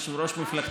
ווליד